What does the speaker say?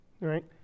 right